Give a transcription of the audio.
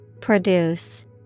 Produce